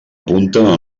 apunta